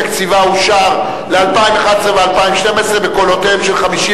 תקציבה אושר ל-2011 ו-2012 בקולותיהם של 51